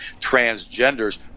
transgenders